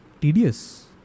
tedious